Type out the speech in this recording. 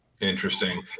Interesting